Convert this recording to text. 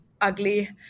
ugly